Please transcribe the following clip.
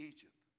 Egypt